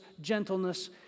gentleness